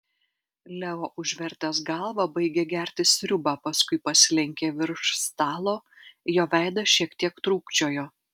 leo užvertęs galvą baigė gerti sriubą paskui pasilenkė virš stalo jo veidas šiek tiek trūkčiojo